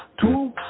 two